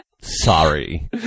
sorry